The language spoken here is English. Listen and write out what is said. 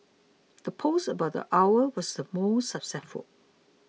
the post about the owl was the most successful